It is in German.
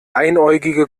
einäugige